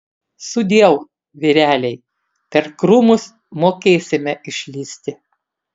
sudieu vyreliai per krūmus mokėsime išlįsti